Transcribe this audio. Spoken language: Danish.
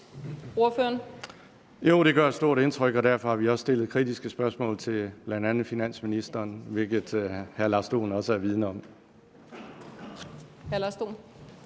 (DF): Jo, det gør et stort indtryk, og derfor har vi også stillet kritiske spørgsmål til bl.a. finansministeren, hvilket hr. Lars Dohn er vidende om.